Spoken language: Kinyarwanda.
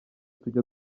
tujya